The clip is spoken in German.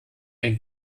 eine